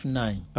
nine